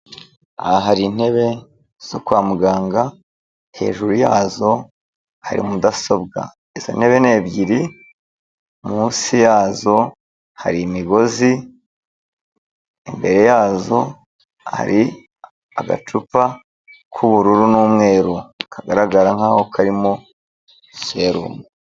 Aha hari intebe zo kwa muganga, hejuru yazo hari mudasobwa. Izo ntebe ni ebyiri, munsi yazo hari imigozi, imbere yazo hari agacupa k'ubururu n'umweru. Kagaragara nkaho karimo serumu.